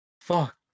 fuck